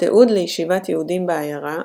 תיעוד לישיבת יהודים בעיירה,